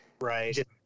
Right